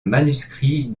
manuscrit